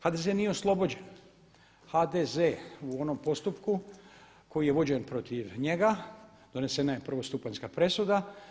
HDZ nije oslobođen, HDZ u onom postupku koji je vođen protiv njega, donesena je prvostupanjska presuda.